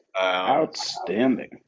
Outstanding